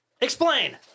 Explain